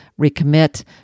recommit